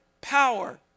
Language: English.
power